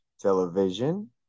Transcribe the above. television